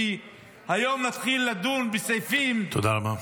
כי היום נתחיל לדון בסעיפים -- תודה רבה.